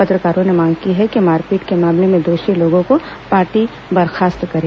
पत्रकारों ने मांग की है कि मारपीट के मामले में दोषी लोगों को पार्टी बर्खास्त करे